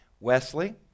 Wesley